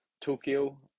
Tokyo